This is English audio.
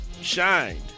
shined